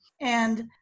And-